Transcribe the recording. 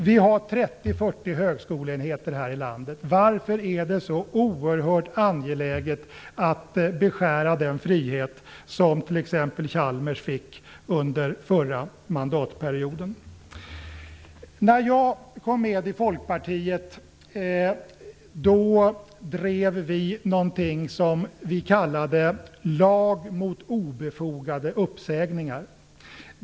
Vi har här i landet 30, 40 högskoleenheter. Varför är det så oerhört angeläget att beskära den frihet som t.ex. Chalmers fick under förra mandatperioden? När jag kom med i Folkpartiet drev vi någonting som vi kallade lag mot obefogade uppsägningar.